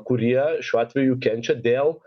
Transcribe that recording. kurie šiuo atveju kenčia dėl